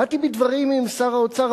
באתי בדברים עם שר האוצר.